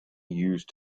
used